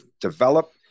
develop